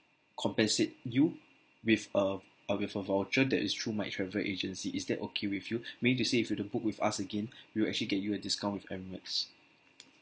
compensate you with uh uh with a voucher that is through my travel agency is that okay with you meaning to say if you were to book with us again we'll actually get you a discount with emirates